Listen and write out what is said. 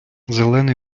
зелений